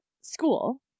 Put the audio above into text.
school